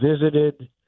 visited